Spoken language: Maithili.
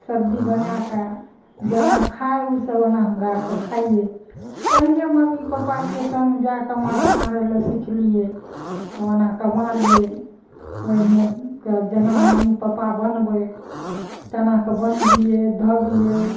सब्जी बनाए कऽ जेना खाइ ओ सब ओना हमरा आरके खाइयै पहिने मम्मी पप्पाके संग जा कऽ माँछ मारै लए सिखलियै तऽ ओना कऽ मारियै ओहिने कऽ जेना मम्मी पप्पा बनबै तेना कऽ बनबियै धोबियै